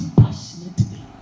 passionately